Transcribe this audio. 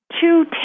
two